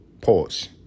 Pause